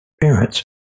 parents